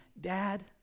Dad